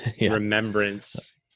remembrance